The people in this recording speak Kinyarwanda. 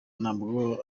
ntabwo